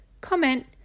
comment